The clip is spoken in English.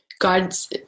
God's